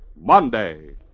Monday